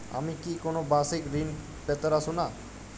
আমি কি কোন বাষিক ঋন পেতরাশুনা?